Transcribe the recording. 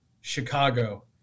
Chicago